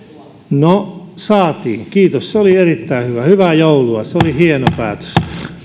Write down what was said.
no saatiin kiitos se oli erittäin hyvä hyvää joulua se oli hieno päätös